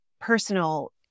personal